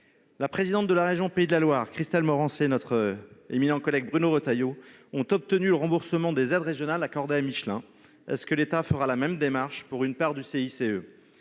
La présidente de la région Pays de la Loire, Christelle Morançais, et Bruno Retailleau ont obtenu le remboursement des aides régionales accordées à Michelin. Est-ce que l'État fera la même démarche pour une part du CICE ?